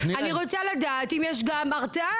אני רוצה לדעת האם יש גם הרתעה.